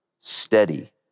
steady